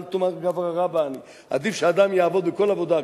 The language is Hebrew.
תאמר גברא רבא אנא" עדיף שאדם יעבוד בכל עבודה,